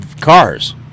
cars